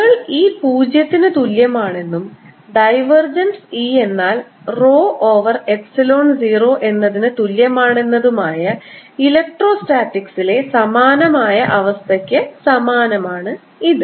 കേൾ E പൂജ്യത്തിന് തുല്യമാണെന്നും divergence E എന്നാൽ rho ഓവർ എപ്സിലോൺ 0 എന്നതിന് തുല്യമാണെന്നതുമായ ഇലക്ട്രോസ്റ്റാറ്റിക്സിലെ സമാനമായ അവസ്ഥയ്ക്ക് സമാനമാണ് ഇത്